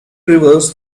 reversed